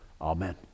Amen